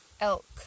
elk